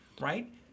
Right